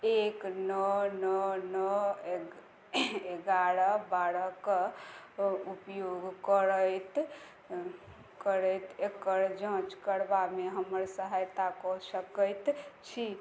एक नओ नओ नओ एगारह बारहके उपयोग करैत करैत एकर जाँच करबामे हमर सहायता कऽ सकै छी